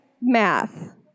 Math